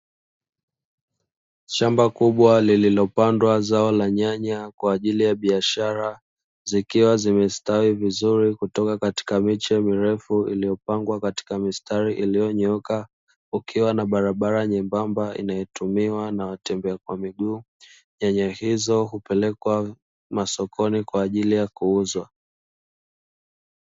Shamba kubwa lililopandwa zao la nyanya kwa ajili ya biashara, zikiwa zimestawi vizuri kutoka katika miche mirefu iliyopangwa katika mistari iliyonyooka, kukiwa na barabara nyembamba inayotumiwa na watembea kwa miguu. Nyanya hizo hupelekwa masokoni kwa ajili ya kuuzwa.